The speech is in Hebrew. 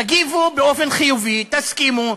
תגיבו באופן חיובי, תסכימו,